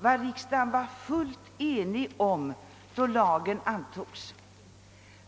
vad riksdagen var fullt enig om när lagen antogs.